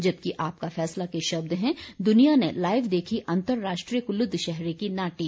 जबकि आपका फैसला के शब्द हैं दुनिया ने लाईव देखी अंतरराष्ट्रीय कुल्लू दशहरे की नाटी